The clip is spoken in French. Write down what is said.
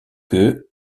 que